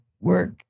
work